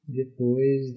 depois